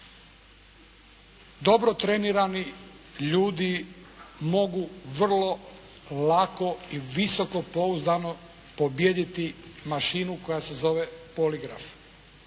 dobro trenirani ljudi mogu vrlo lako i visokopouzdano pobijediti mašinu koja se zove poligraf.